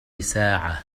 ساعة